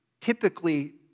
typically